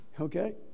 Okay